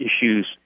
issues